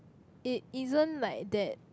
it isn't like that